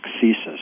thesis